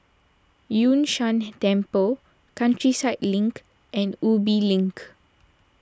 Yun Shan Temple Countryside Link and Ubi Link